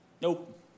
nope